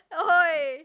oi